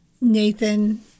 Nathan